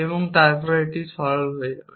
এবং তারপরে এটি সরল হয়ে যাবে